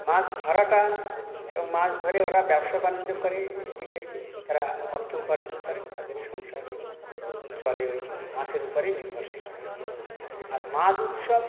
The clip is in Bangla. মাছ ধরাটা এবং মাছ ধরে ওরা ব্যবসা বাণিজ্য করে এই থেকে তারা অর্থ উপার্জন করে তাদের সংসার চলে ওই মাছের উপরেই নির্ভরশীল ওরা আর মাছ উৎসব